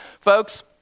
Folks